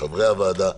מחברי הוועדה.